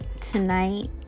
tonight